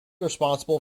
responsible